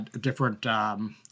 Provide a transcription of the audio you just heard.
different